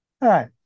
right